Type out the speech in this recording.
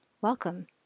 welcome